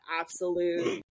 absolute